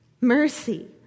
Mercy